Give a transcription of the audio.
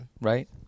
Right